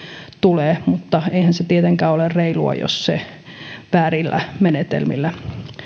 tulee halvaksi mutta eihän se tietenkään ole reilua jos hinta saadaan väärillä menetelmillä